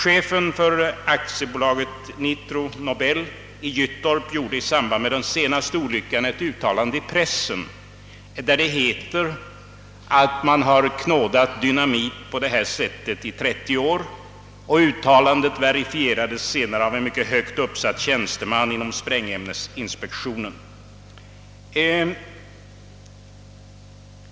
Chefen för AB Nitro Nobel i Gyttorp gjorde i samband med den senaste olyckan ett uttalande i pressen, vari det heter att man har knådat dynamit på detta sätt i 30 år. Uttalandet verifierades senare av en mycket högt uppsatt tjänsteman inom sprängämnesinspektionen.